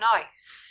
nice